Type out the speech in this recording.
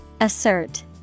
Assert